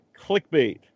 Clickbait